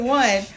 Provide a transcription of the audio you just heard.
one